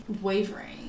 wavering